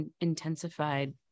intensified